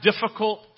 difficult